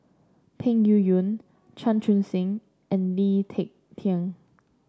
Peng Yuyun Chan Chun Sing and Lee Ek Tieng